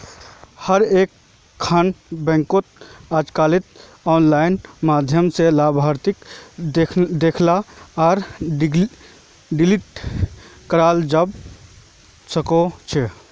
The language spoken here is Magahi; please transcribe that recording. हर एकखन बैंकत अजकालित आनलाइन माध्यम स लाभार्थीक देखाल आर डिलीट कराल जाबा सकेछे